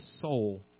soul